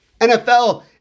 NFL